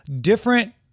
different